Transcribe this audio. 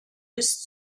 bis